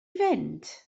fynd